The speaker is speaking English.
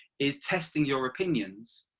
is testing your opinions.